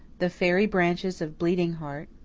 the fairy branches of bleeding-heart,